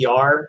PR